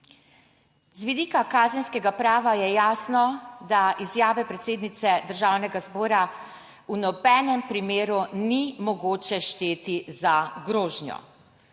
Z vidika kazenskega prava je jasno, da izjave predsednice Državnega zbora v nobenem primeru ni mogoče šteti za grožnjo.